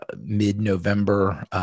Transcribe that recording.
mid-November